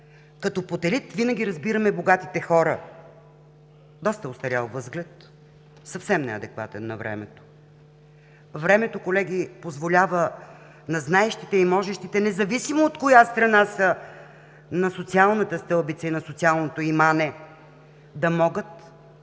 като под елит винаги разбираме богатите хора – доста остарял възглед, съвсем неадекватен на времето. Времето, колеги, позволява на знаещите и можещите, независимо от коя страна са на социалната стълбица и на социалното имане, да могат